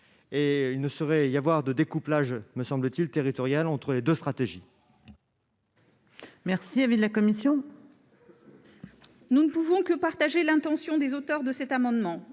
Il ne saurait y avoir de découplage territorial entre les deux stratégies. Quel est l'avis de la commission ? Nous ne pouvons que partager l'intention des auteurs de cet amendement.